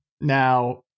Now